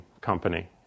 company